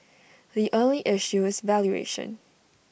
the only issue is valuation